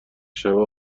شبه